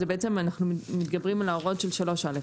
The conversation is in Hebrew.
בעצם אנחנו מתגברים על ההוראות של 3 א'.